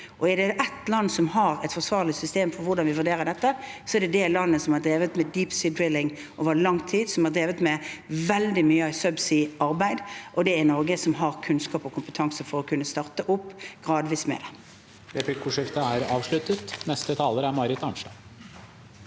Er det ett land som har et forsvarlig system for å vurdere dette, er det det landet som har drevet med «deep-sea drilling» over lang tid, som har drevet med veldig mye subsea-arbeid, og det er Norge, som har kunnskap og kompetanse til å kunne starte gradvis opp med det.